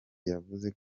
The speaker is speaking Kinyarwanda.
yavuze